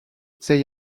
they